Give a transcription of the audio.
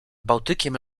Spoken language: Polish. bałtykiem